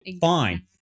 fine